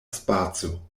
spaco